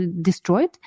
destroyed